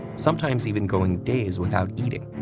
sometimes even going days without eating.